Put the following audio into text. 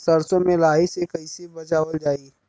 सरसो में लाही से कईसे बचावल जाई?